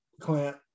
Clint